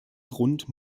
grund